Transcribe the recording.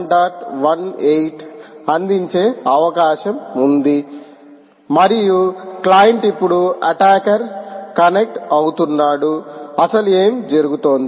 18 అందించే అవకాశం ఉంది మరియు క్లయింట్ ఇప్పుడు అటాకర్ కనెక్ట్ అవుతున్నాడు అసలు ఏమి జరుగుతోంది